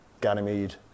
Ganymede